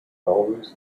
always